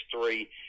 three